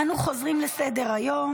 אנו חוזרים לסדר-היום.